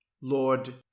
Lord